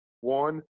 one